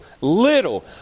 little